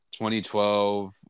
2012